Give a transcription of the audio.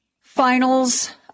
Finals